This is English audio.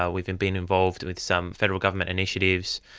ah we've and been involved with some federal government initiatives,